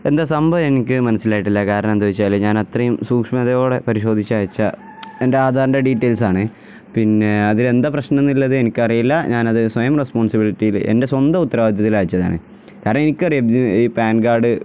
എന്താണു സംഭവം എനിക്കു മനസ്സിലായിട്ടില്ല കാരണം എന്താണെന്നുവച്ചാല് ഞാനത്രയും സൂക്ഷ്മതയോടെ പരിശോധിച്ചയച്ച എൻ്റെ ആധാറിൻ്റെ ഡീറ്റെയിൽസാണേ പിന്നെ അതിലെന്താണു പ്രശ്നമെന്നുള്ളത് എനിക്കറിയില്ല ഞാനതു സ്വയം റെസ്പോൺസിബിലിറ്റിയില് എൻ്റെ സ്വന്തം ഉത്തരവാദിത്തത്തില് അയച്ചതാണ് കാരണം എനിക്കറിയാം ഈ പാൻ കാർഡ്